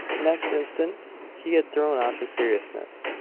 next instant he had thrown off his seriousness,